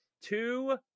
Two